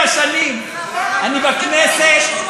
27 שנים אני בכנסת,